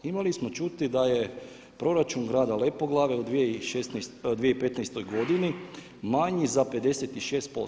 Imali smo čuti da je proračun grada Lepoglave u 2015. godini manji za 56%